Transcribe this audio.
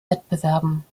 wettbewerben